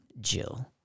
Jill